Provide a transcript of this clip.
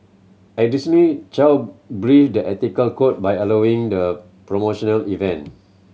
additionally Chow breached the ethical code by allowing the promotional event